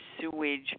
sewage